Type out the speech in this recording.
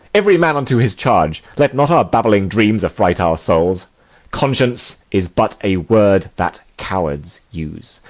every man unto his charge let not our babbling dreams affright our souls conscience is but a word that cowards use,